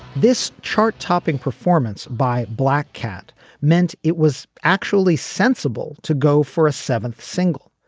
this chart topping performance by black cat meant it was actually sensible to go for a seventh single.